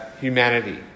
humanity